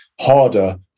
harder